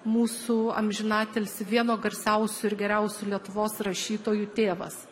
mūsų amžiną atilsį vieno garsiausių ir geriausių lietuvos rašytojų tėvas